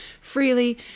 freely